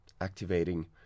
activating